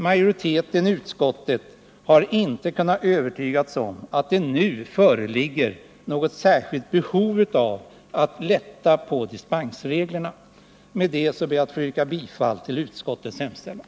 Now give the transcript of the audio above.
Majoriteten i utskottet har inte kunnat övertygas om att det nu föreligger något särskilt behov av att lätta på dispensreglerna. Jag ber att få yrka bifall till lagutskottets hemställan.